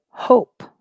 hope